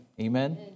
Amen